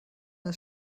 ist